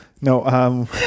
No